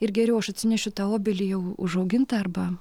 ir geriau aš atsinešiu tą obelį jau užaugintą arba